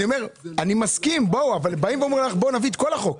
אני אומר שאני מסכים אבל באים ואומרים לך בואי נביא את כל החוק.